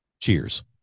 cheers